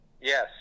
Yes